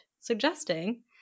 suggesting